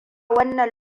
wannan